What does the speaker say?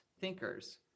thinkers